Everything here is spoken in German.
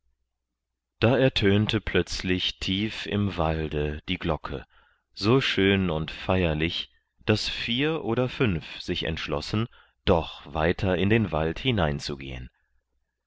da ertönte plötzlich tief im walde die glocke so schön und feierlich daß vier oder fünf sich entschlossen doch weiter in den wald hineinzugehen